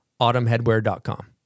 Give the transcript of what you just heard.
autumnheadwear.com